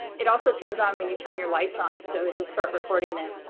it also turns on when you turn your lights on, so it'll start recording then.